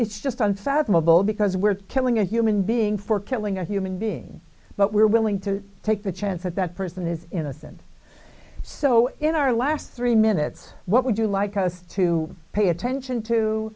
it's just unfathomable because we're killing a human being for killing a human being but we're willing to take the chance that that person is innocent so in our last three minutes what would you like us to pay attention to